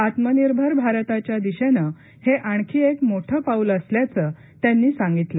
आत्मनिर्भर भारताच्या दिशेने हे आणखी एक मोठं पाऊल असल्याचं त्यांनी सांगितलं